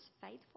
faithful